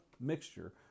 mixture